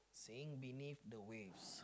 saying beneath the waves